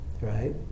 right